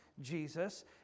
Jesus